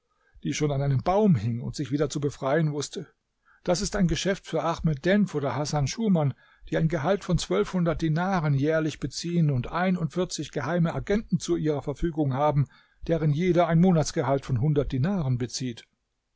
die schon an einem baum hing und sich wieder zu befreien wußte das ist ein geschäft für ahmed denf oder hasan schuman die ein gehalt von zwölfhundert dinaren jährlich beziehen und einundvierzig geheime agenten zu ihrer verfügung haben deren jeder ein monatsgehalt von hundert dinaren bezieht